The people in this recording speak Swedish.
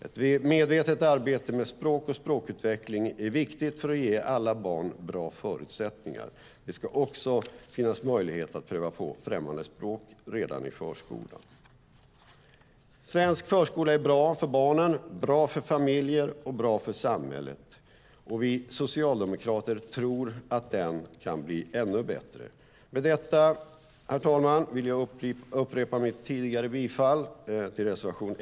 Ett medvetet arbete med språk och språkutveckling är viktigt för att ge alla barn bra förutsättningar. Det ska också finnas möjlighet att pröva på främmande språk redan i förskolan. Svensk förskola är bra för barnen, bra för familjer och bra för samhället. Vi socialdemokrater tror att den kan bli ännu bättre. Med detta, herr talman, vill jag upprepa mitt tidigare bifallsyrkande till res.